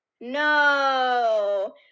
No